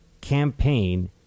campaign